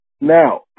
Now